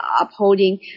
upholding